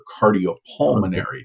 cardiopulmonary